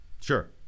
Sure